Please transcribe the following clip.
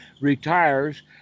retires